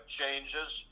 changes